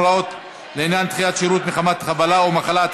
הוראות לעניין דחיית שירות מחמת חבלה או מחלה),